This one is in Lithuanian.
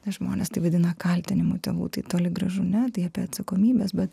žmonės tai vadina kaltinimu tėvų tai toli gražu ne tai apie atsakomybes bet